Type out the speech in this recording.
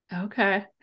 Okay